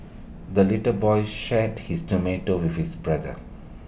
the little boy shared his tomato with his brother